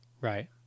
Right